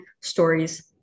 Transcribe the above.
stories